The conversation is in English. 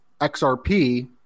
xrp